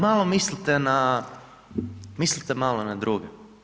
Malo mislite na, mislite malo na druge.